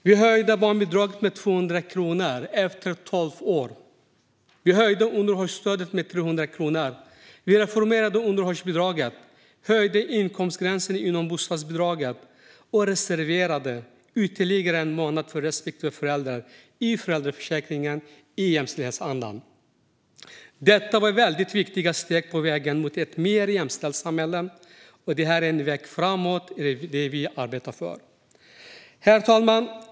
Vi höjde barnbidraget med 200 kronor efter tolv år. Vi höjde underhållsstödet med 300 kronor. Vi reformerade underhållsbidraget. Vi höjde inkomstgränsen inom bostadsbidraget. Vi reserverade ytterligare en månad för respektive förälder i föräldraförsäkringen, i jämställdhetsandan. Detta var viktiga steg på vägen mot ett mer jämställt samhälle, och denna väg framåt arbetar vi för. Herr talman!